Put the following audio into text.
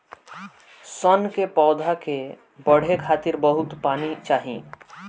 सन के पौधा के बढ़े खातिर बहुत पानी चाही